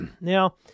Now